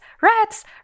Rats